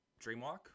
dreamwalk